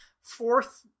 fourth